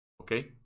Okay